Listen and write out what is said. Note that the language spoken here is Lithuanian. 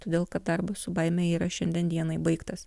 todėl kad darbas su baime yra šiandien dienai baigtas